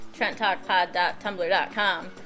TrentTalkPod.tumblr.com